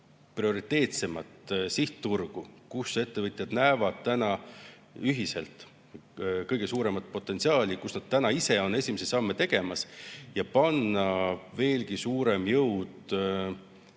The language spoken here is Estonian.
prioriteetsemat sihtturgu, kus ettevõtjad näevad ühiselt kõige suuremat potentsiaali ja kus nad ise on esimesi samme tegemas. Võiks koondada veelgi suurema jõu